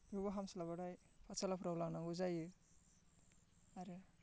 बेफोराव हामस्लाबाथाय पातसालाफोराव लांनांगौ जायो आरो